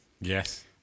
Yes